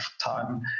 time